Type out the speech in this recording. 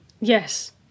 Yes